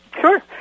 Sure